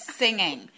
singing